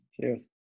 Cheers